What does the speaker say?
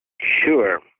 Sure